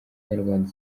nyarwanda